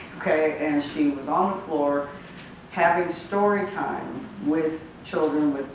okay, and she was on the floor having story time with children